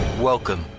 Welcome